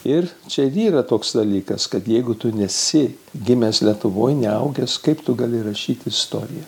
ir čia ir yra toks dalykas kad jeigu tu nesi gimęs lietuvoj neaugęs kaip tu gali rašyt istoriją